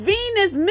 Venus